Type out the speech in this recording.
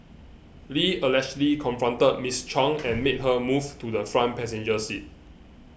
Lee allegedly confronted Miss Chung and made her move to the front passenger seat